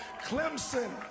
Clemson